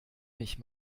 mich